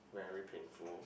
very painful